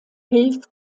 hilft